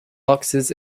boxes